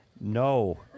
No